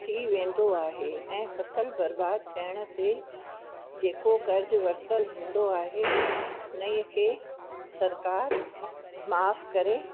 थी वेंदो आहे ऐं फ़सल बरबादु थियण ते जेको कर्ज़ु वरितलु हुंदो आहे उन्हीअ खे सरकार माफ़ु करे